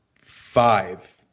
five